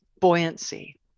buoyancy